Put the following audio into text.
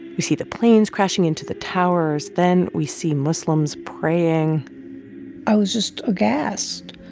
we see the planes crashing into the towers then we see muslims praying i was just aghast.